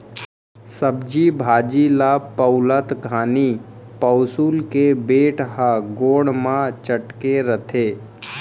सब्जी भाजी ल पउलत घानी पउंसुल के बेंट ह गोड़ म चटके रथे